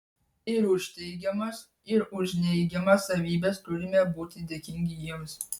ir už teigiamas ir už neigiamas savybes turime būti dėkingi jiems